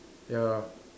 ya